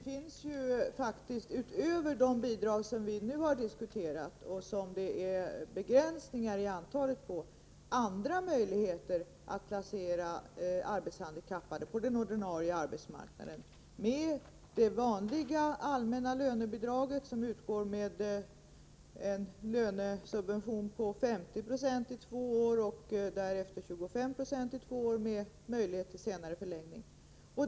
Fru talman! Utöver de bidrag som vi nu har diskuterat och vilkas antal är begränsat finns faktiskt andra möjligheter att placera arbetshandikappade på den ordinarie arbetsmarknaden. Jag tänker på det vanliga allmänna lönebidraget, som utgår med en lönesubvention på 50 96 i två år och därefter 25 Yo i två år med möjlighet till senare förlängning.